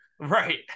right